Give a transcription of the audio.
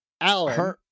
Alan